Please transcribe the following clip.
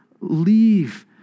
leave